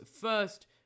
first